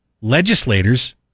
legislators